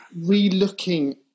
re-looking